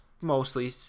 mostly